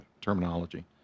terminology